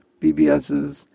BBSs